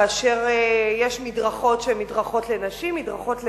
כאשר יש מדרכות שהן מדרכות לנשים ויש מדרכות לגברים.